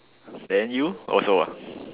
then you also ah